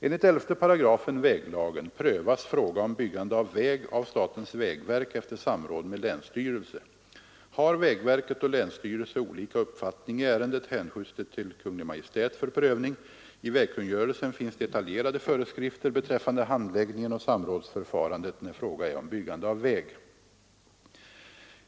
Enligt 11 § väglagen prövas fråga om byggande av väg av statens vägverk efter samråd med länsstyrelsen. Har vägverket och länsstyrelsen olika uppfattning i ärendet hänskjuts det till Kungl. Maj:t för prövning. I vägkungörelsen finns detaljerade föreskrifter beträffande handläggningen och samrådsförfarandet, när fråga är om byggande av väg.